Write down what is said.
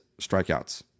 strikeouts